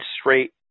straight